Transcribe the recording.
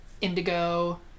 indigo